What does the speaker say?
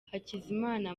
hakizimana